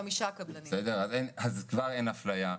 כבר אין אפליה.